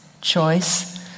choice